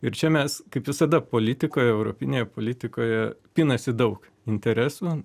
ir čia mes kaip visada politikoje europinėje politikoje pinasi daug interesų